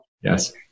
Yes